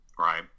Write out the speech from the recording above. Right